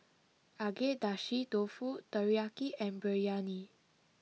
Agedashi Dofu Teriyaki and Biryani